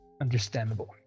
Understandable